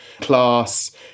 class